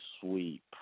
sweep